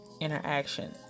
interaction